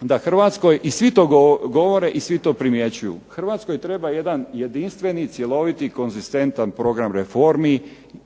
da Hrvatskoj, i svi to govore i svi to primjećuju, Hrvatskoj treba jedan jedinstveni, cjeloviti, konzistentan program reformi